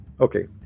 Okay